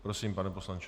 Prosím, pane poslanče.